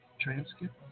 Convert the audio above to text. Transcript